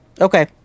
okay